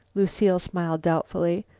lucile smiled doubtfully,